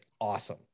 awesome